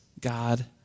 God